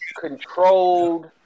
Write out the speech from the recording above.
controlled